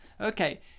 okay